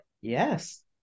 yes